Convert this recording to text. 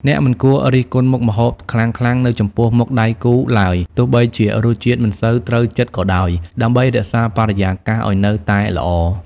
អ្នកមិនគួររិះគន់មុខម្ហូបខ្លាំងៗនៅចំពោះមុខដៃគូឡើយ ទោះបីជារសជាតិមិនសូវត្រូវចិត្តក៏ដោយ ដើម្បីរក្សាបរិយាកាសឱ្យនៅតែល្អ។